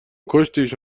کشتیش